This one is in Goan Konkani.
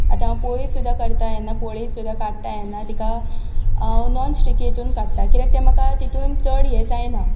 आता पोळी सुद्दां करता तेन्ना पोळी सुद्दां काडटा तेन्ना तिका नोन स्टीकी इतून काडटा कित्याक ते म्हाका तितून चड हे जायना